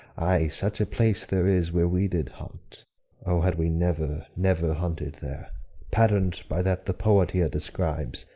ay, such a place there is where we did hunt o, had we never, never hunted there pattern'd by that the poet here describes,